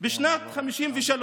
בשנת 1953,